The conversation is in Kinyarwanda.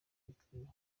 bikwiye